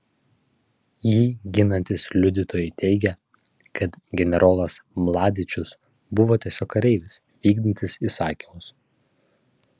jį ginantys liudytojai teigia kad generolas mladičius buvo tiesiog kareivis vykdantis įsakymus